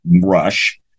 rush